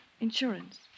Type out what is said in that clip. Insurance